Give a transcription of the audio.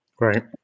Right